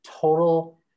total